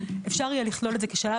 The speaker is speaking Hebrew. אפשר יהיה לכלול את זה כשלב,